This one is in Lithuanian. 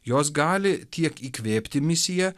jos gali tiek įkvėpti misiją